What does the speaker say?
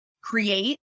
create